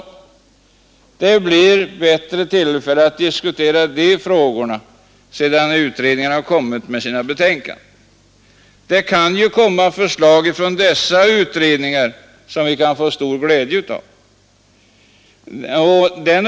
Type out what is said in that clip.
Men det blir bättre tillfälle att diskutera de frågorna sedan utredningarna har avlämnat sina betänkanden — det kan ju komma förslag från dessa utredningar som vi kan få stor glädje av.